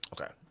Okay